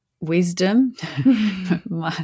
wisdom